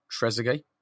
Trezeguet